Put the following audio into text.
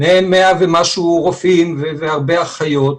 מהם 100 ומשהו רופאים והרבה אחיות,